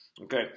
Okay